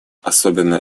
особенно